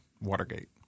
Watergate